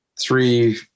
three